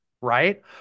right